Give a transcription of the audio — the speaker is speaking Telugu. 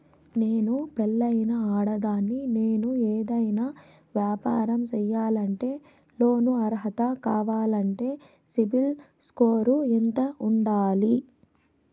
నేను పెళ్ళైన ఆడదాన్ని, నేను ఏదైనా వ్యాపారం సేయాలంటే లోను అర్హత కావాలంటే సిబిల్ స్కోరు ఎంత ఉండాలి?